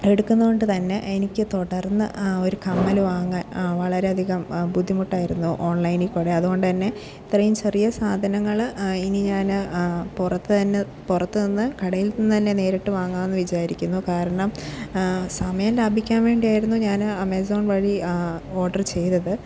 എടുക്കുന്നത് കൊണ്ട് തന്നെ എനിക്ക് തുടർന്ന് ആ ഒരു കമ്മല് വാങ്ങാൻ വളരെയധികം ബുദ്ധിമുട്ടായിരുന്നു ഓൺലൈനിൽ കൂടെ അതുകൊണ്ട് തന്നെ ഇത്രയും ചെറിയ സാധനങ്ങള് ഇനി ഞാന് പുറത്ത് തന്നെ പുറത്ത് നിന്ന് കടയിൽ നിന്ന് തന്നെ നേരിട്ട് വാങ്ങാമെന്ന് വിചാരിക്കുന്നു കാരണം സമയം ലാഭിക്കാൻ വേണ്ടിയായിരുന്നു ഞാന് ആമസോൺ വഴി ഓർഡറ് ചെയ്തത്